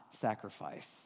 sacrifice